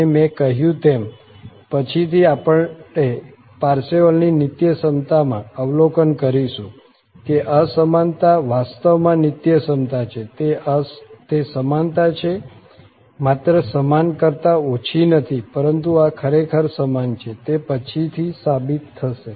અને મેં કહ્યું તેમ પછીથી આપણે પારસેવલની નિત્યસમતામાં અવલોકન કરીશું કે આ અસમાનતા વાસ્તવમાં નિત્યસમતા છે તે સમાનતા છે માત્ર સમાન કરતાં ઓછી નથી પરંતુ આ ખરેખર સમાન છે તે પછીથી સાબિત થશે